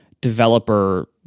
developer